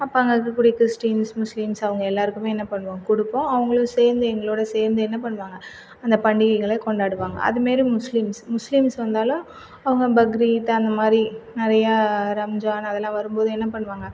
அப்போ அங்கே இருக்கக்கூடிய கிரிஸ்டின்ஸ் முஸ்லிம்ஸ் அவங்கள் எல்லாருக்குமே என்ன பண்ணுவோம் கொடுப்போம் அவங்களும் சேர்ந்து எங்களோட சேர்ந்து என்ன பண்ணுவாங்கள் அந்த பண்டிகைகள் கொண்டாடுவாங்கள் அதுமாரி முஸ்லிம்ஸ் முஸ்லிம்ஸ் வந்தாலும் அவங்கள் பக்ரீத் அந்தமாதிரி நிறைய ரம்ஜான் அதுலாம் வரும்போது என்ன பண்ணுவாங்கள்